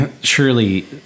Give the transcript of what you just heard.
Surely